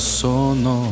sono